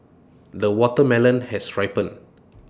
the watermelon has ripened